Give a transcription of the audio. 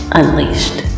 unleashed